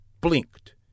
blinked